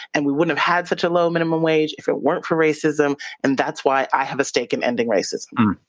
and we wouldn't have had such a low minimum wage if it weren't for racism and that's why i have a stake in ending racism.